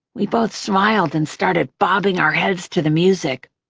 we both smiled and started bobbing our heads to the music.